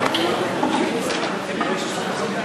כשירות מאבטח (תיקוני